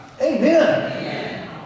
Amen